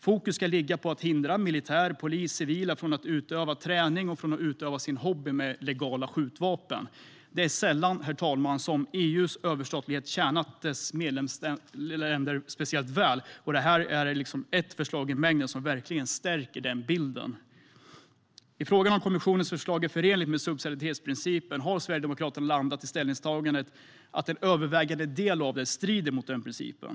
Fokus ska i stället ligga på att hindra militär, polis och civila från att utöva träning och från att utöva sin hobby med legala skjutvapen. Det är sällan EU:s överstatlighet har tjänat dess medlemsländer speciellt väl, herr talman, och det här är ett förslag i mängden som verkligen stärker den bilden. I frågan om kommissionens förslag är förenligt med subsidiaritetsprincipen har Sverigedemokraterna landat i ställningstagandet att en övervägande del av det strider mot principen.